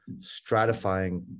stratifying